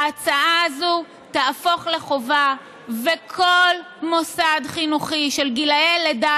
ההצעה הזו תהפוך לחובה וכל מוסד חינוכי של גילאי לידה